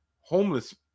homeless